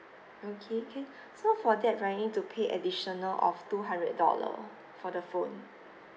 okay can so for that right you need to pay additional of two hundred dollar for the phone